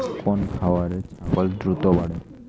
কোন খাওয়ারে ছাগল দ্রুত বাড়ে?